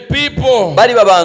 people